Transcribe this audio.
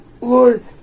Lord